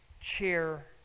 chair